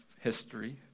history